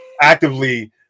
actively